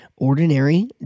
ordinary